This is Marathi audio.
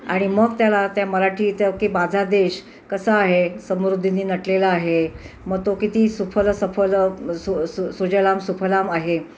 आणि मग त्याला त्या मराठी त्या की माझा देश कसा आहे समृद्धीनी नटलेला आहे मग तो किती सुफल सफल सु सु सुजलाम सुफलाम आहे